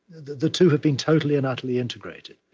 the two have been totally and utterly integrated.